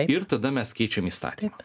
ir tada mes keičiam įstatymą